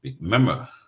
Remember